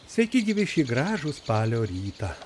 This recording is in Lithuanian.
sveiki gyvi šį gražų spalio rytą